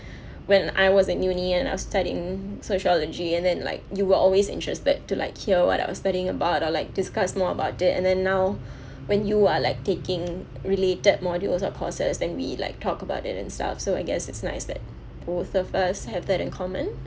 when I was in uni and I was studying sociology and then like you were always interested to like hear what I was studying about or like discuss more about it and then now when you are like taking related modules or courses then we like talk about it and stuff so I guess it's nice that both of us have that in common